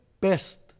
best